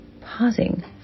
Pausing